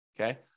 Okay